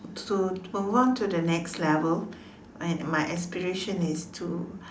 to move on to the next level and my aspiration is to